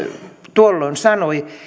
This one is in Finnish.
tuolloin sanoi